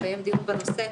שיתקיים דיון בנושא,